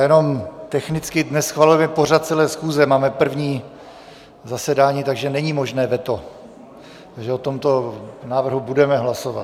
Jenom technicky, dnes schvalujeme pořad celé schůze, máme první zasedání, takže není možné veto, takže o tomto návrhu budeme hlasovat.